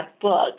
book